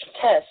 test